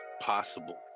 possible